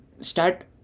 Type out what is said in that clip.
start